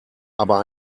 aber